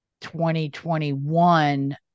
2021